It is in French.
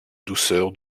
douceur